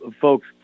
folks